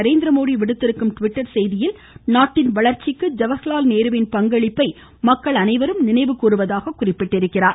நரேந்திரமோதி விடுத்திருக்கும் டிவிட்டர் செய்தியில் நாட்டின் வளர்ச்சிக்கு ஜவஹர்லால் நேருவின் பங்களிப்பை மக்கள் அனைவரும் நினைவு கூறுவதாக குறிப்பிட்டுள்ளார்